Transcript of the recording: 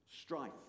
strife